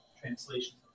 translation